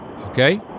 Okay